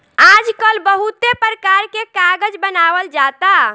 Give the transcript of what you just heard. आजकल बहुते परकार के कागज बनावल जाता